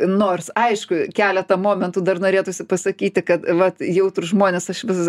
nors aišku keletą momentų dar norėtųsi pasakyti kad vat jautrūs žmonės aš vis